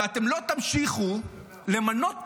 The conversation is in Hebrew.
ואתם לא תמשיכו למנות פרויקטורים,